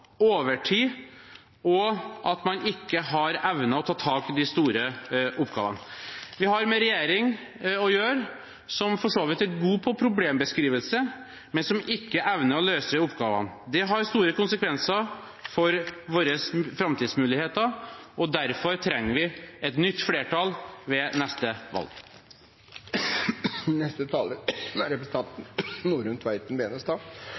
overtid og at man ikke har evnet å ta tak i de store oppgavene. Vi har med en regjering å gjøre som for så vidt er god på problembeskrivelse, men som ikke evner å løse oppgavene. Det har store konsekvenser for våre framtidsmuligheter, og derfor trenger vi et nytt flertall ved neste